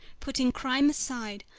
putting crime aside,